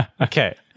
okay